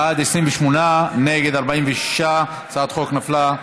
בעד, 28, נגד, 46. הצעת החוק נפלה,